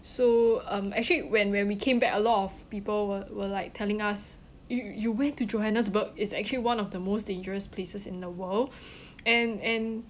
so um actually when when we came back a lot of people were were like telling us you you went to johannesburg it's actually one of the most dangerous places in the world and and